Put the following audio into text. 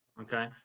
okay